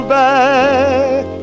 back